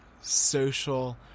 social